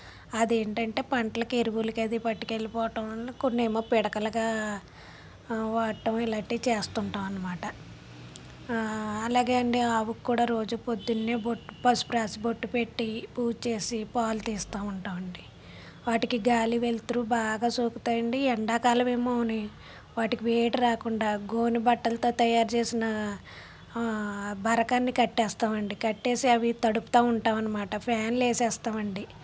అది ఏంటంటే పంటలకు ఎరువులకు పట్టుకెళ్ళిపోవడం వల్ల కొన్నేమో పిడకలుగా వాడటం ఇలాంటివి చేస్తుంటామనమాట అలాగే అండి ఆవుకి కూడా రోజు పొద్దున్నే బొట్టు పసుపు రాసి బొట్టు పెట్టి పూజ చేసి పాలు తీస్తూ ఉంటామండీ వాటికి గాలి వెలుతురు బాగా సోకుతాయండి ఎండాకాలం ఏమోని వాటికి వేడి రాకుండా గోనుబట్టలతో తయారుచేసిన బరకాన్ని కట్టేస్తాం అంతే కట్టేసి అవి తడుపుతూ ఉంటాం అనమాట ఫ్యాన్లేసేస్తాం అండి